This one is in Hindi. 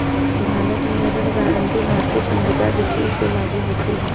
भारत में ऋण गारंटी भारतीय संविदा विदी से लागू होती है